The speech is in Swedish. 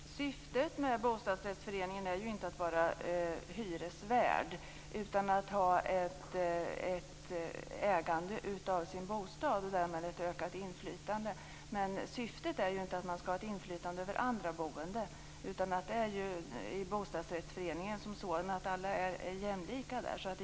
Fru talman! Syftet med bostadsrättsföreningen är inte att vara hyresvärd, utan att man skall äga sin bostad och därmed ha ett ökat inflytande. Men syftet är inte att man skall ha ett inflytande över andra boende. I bostadsrättsföreningen som sådan är alla jämlika.